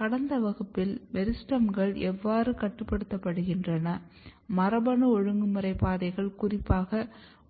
கடந்த வகுப்பில் மெரிஸ்டெம்கள் எவ்வாறு கட்டுப்படுத்தப்படுகின்றன மரபணு ஒழுங்குமுறை பாதைகள் குறிப்பாக